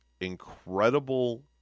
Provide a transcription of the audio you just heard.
incredible